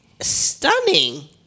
stunning